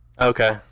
Okay